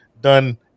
done